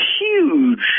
Huge